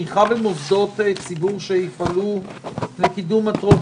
התמיכה במוסדות ציבור שיפעלו לקידום מטרות